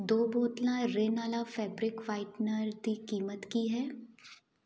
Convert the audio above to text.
ਦੋ ਬੋਤਲਾਂ ਰਿਨ ਵਾਲਾ ਫੈਬਰਿਕ ਵਾਈਟਨਰ ਦੀ ਕੀਮਤ ਕੀ ਹੈ